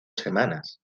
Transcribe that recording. semanas